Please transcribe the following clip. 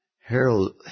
Harold